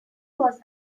was